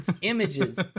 Images